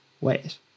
ways